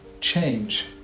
change